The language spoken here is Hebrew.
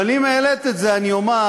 אבל אם העלית את זה, אני אומר,